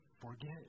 forget